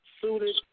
suited